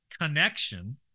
Connection